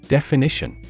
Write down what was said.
Definition